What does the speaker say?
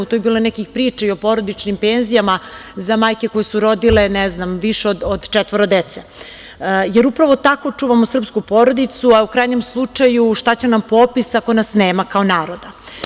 Tu je bilo nekih priča i o porodičnim penzijama za majke koje su rodile, ne znam, više od četvoro dece, jer upravo tako čuvamo srpsku porodicu, a u krajnjem slučaju šta će nam popis ako nas nema kao naroda?